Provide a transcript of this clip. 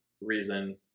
reason